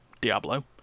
Diablo